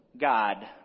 God